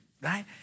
Right